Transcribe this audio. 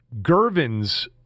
Gervin's